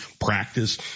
practice